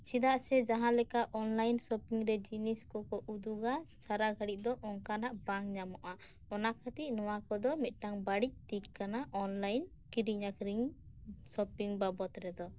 ᱪᱮᱫᱟᱜ ᱥᱮ ᱡᱟᱦᱟᱸ ᱞᱮᱠᱟ ᱚᱱᱞᱟᱭᱤᱱ ᱥᱚᱯᱚᱤᱝ ᱨᱮ ᱡᱤᱱᱤᱥ ᱠᱚᱠᱚ ᱩᱫᱩᱜᱟ ᱥᱟᱨᱟ ᱜᱷᱟᱲᱤᱡ ᱫᱚ ᱚᱱᱠᱟᱱᱟᱜ ᱵᱟᱝ ᱧᱟᱢᱚᱜᱼᱟ ᱚᱱᱟ ᱠᱷᱟᱹᱛᱤᱨ ᱱᱚᱣᱟ ᱠᱚᱫᱚ ᱢᱤᱫᱴᱟᱝ ᱵᱟᱲᱤᱡ ᱫᱤᱠ ᱠᱟᱱᱟ ᱚᱱᱞᱟᱭᱤᱱ ᱠᱤᱨᱤᱧ ᱟᱠᱷᱨᱤᱧ ᱥᱚᱯᱤᱝ ᱵᱟᱵᱚᱛ ᱨᱮᱫᱚ